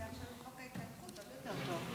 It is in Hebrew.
עושים